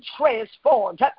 transformed